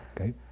Okay